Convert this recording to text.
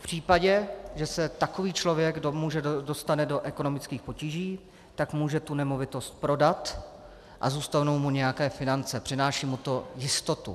V případě, že se takový člověk dostane do ekonomických potíží, může tu nemovitost prodat a zůstanou mu nějaké finance, přináší mu to jistotu.